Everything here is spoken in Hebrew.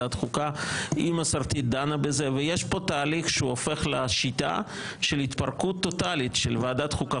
יש פה תהליך של התפרקות טוטאלית של ועדת חוקה,